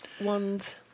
ones